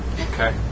Okay